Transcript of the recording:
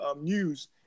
news